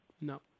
No